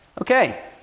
Okay